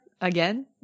again